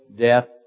death